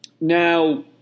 Now